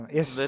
Yes